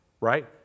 Right